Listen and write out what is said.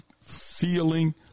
feeling